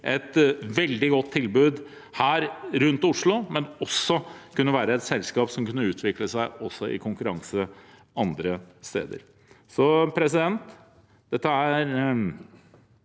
et veldig godt tilbud her rundt Oslo, men også å kunne være et selskap som kan utvikle seg i konkurranse andre steder.